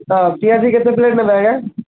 ହଁ ପିଆଜି କେତେ ପ୍ଲେଟ୍ ନେବେ ଆଜ୍ଞା